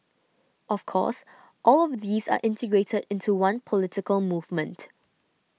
of course all of these are integrated into one political movement